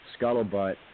scuttlebutt